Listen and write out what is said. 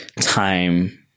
time